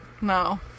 No